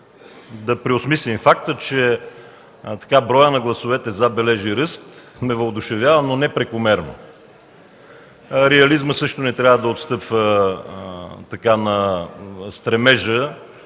да преосмислим – фактът, че броят на гласовете „за” бележи ръст ме въодушевява, но не прекомерно. Реализмът също не трябва да отстъпва на стремежа